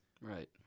Right